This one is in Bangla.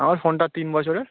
আমার ফোনটা তিন বছরের